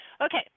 Okay